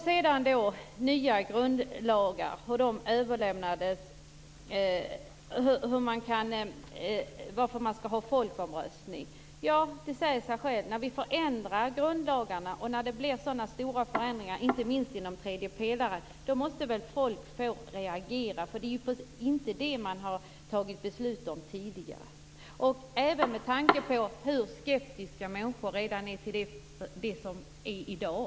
Sedan till frågan om nya grundlagar och varför man skall ha folkomröstning. Det säger sig självt. När vi förändrar grundlagarna och när det blir sådana stora förändringar, inte minst inom tredje pelaren, måste folk få reagera. Det är ju inte det här som man har fattat beslut om tidigare. Människor är redan skeptiska till det som är i dag.